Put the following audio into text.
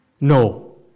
No